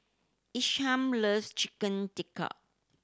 Isham loves Chicken Tikka